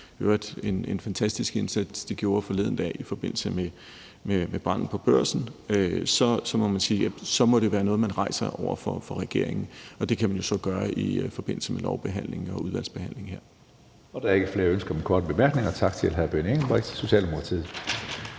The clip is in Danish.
i øvrigt en fantastisk indsats, de gjorde forleden dag i forbindelse med branden på Børsen – så må det være noget, man rejser over for regeringen. Og det kan man jo så gøre i forbindelse med lovbehandlingen og udvalgsbehandlingen her. Kl. 13:14 Tredje næstformand (Karsten Hønge): Der er ikke flere ønsker om korte bemærkninger. Tak til hr. Benny Engelbrecht, Socialdemokratiet.